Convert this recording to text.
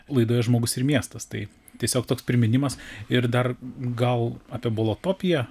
laidoje žmogus ir miestas tai tiesiog toks priminimas ir dar gal apie bolotopiją